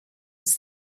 was